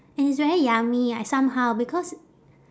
and it's very yummy like somehow because